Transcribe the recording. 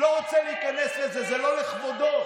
אני לא רוצה להיכנס לזה, זה לא לכבודו.